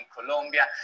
Colombia